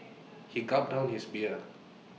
he gulped down his beer